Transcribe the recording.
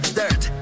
dirt